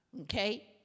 Okay